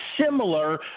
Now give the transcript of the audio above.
similar